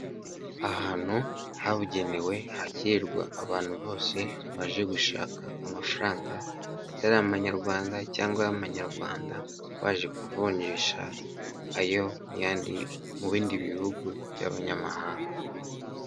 Ahantu habugenewe, hakirirwa abantu bose baje gushaka amafaranga atari amanyarwanda cyangwa y'amanyarwanda, baje kuvunjisha ayo yandi, mu bindi bihugu by'abanyamahanga.